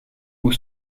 mot